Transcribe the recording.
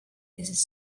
this